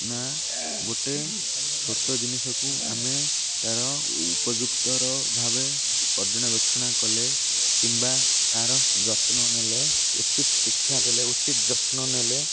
ନା ଗୋଟେ ଛୋଟ ଜିନିଷକୁ ଆମେ ତାର ଉପଯୁକ୍ତର ଭାବେ ପର୍ଯ୍ୟାଣାବେକ୍ଷଣା କଲେ କିମ୍ବା ତାର ଯତ୍ନ ନେଲେ ଉଚିତ୍ ଶିକ୍ଷା ଦେଲେ ଉଚିତ୍ ଯତ୍ନ ନେଲେ